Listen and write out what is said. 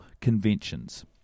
conventions